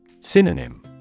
Synonym